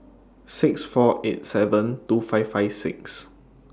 six four eight seven two five five six